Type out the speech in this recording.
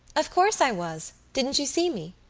of course i was. didn't you see me?